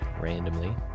randomly